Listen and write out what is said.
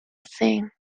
thing